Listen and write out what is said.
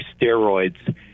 steroids